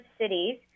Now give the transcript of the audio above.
cities